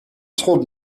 told